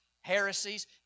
heresies